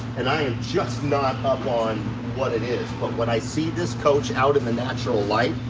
and i am just not up on what it is, but when i see this coach out in the natural light,